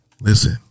Listen